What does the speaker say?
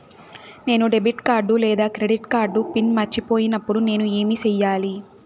నేను debit card లేదా credit card pin మర్చిపోయినప్పుడు నేను ఏమి సెయ్యాలి?